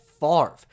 Favre